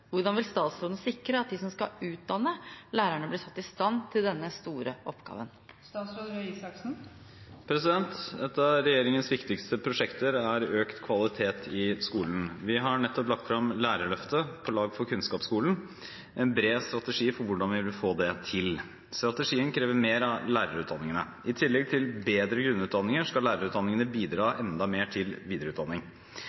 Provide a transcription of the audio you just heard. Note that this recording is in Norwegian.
Hvordan vil statsråden sikre at de som skal utdanne lærerne, blir satt i stand til denne store oppgaven?» Et av regjeringens viktigste prosjekter er økt kvalitet i skolen. Vi har nettopp lagt frem Lærerløftet – På lag for kunnskapsskolen, en bred strategi for hvordan vi vil få det til. Strategien krever mer av lærerutdanningene. I tillegg til bedre grunnutdanninger skal lærerutdanningene bidra